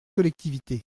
collectivités